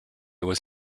was